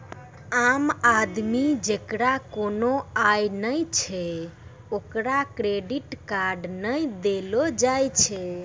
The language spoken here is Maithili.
आम आदमी जेकरा कोनो आय नै छै ओकरा क्रेडिट कार्ड नै देलो जाय छै